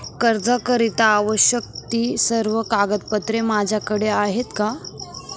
कर्जाकरीता आवश्यक ति सर्व कागदपत्रे माझ्याकडे आहेत का?